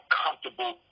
comfortable